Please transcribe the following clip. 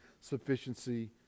sufficiency